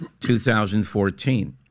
2014